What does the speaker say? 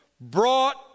brought